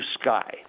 sky